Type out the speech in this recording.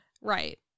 Right